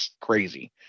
crazy